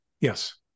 Yes